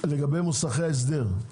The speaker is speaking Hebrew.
לגבי מוסכי ההסדר,